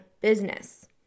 business